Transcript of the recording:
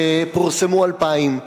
פורסמו 2,000,